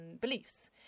beliefs